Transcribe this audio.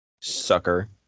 Sucker